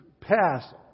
pass